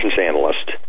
analyst